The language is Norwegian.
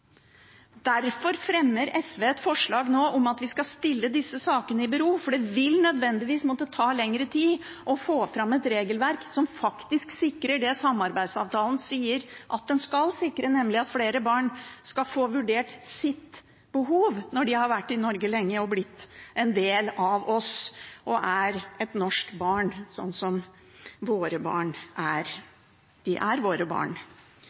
Derfor fremmer SV et forslag nå om at vi skal stille disse sakene i bero, for det vil nødvendigvis måtte ta lengre tid å få fram et regelverk som faktisk sikrer det samarbeidsavtalen sier at den skal sikre, nemlig at flere barn skal få vurdert sitt behov når de har vært i Norge lenge og blitt en del av oss og er et norsk barn, slik våre barn er. De er våre barn.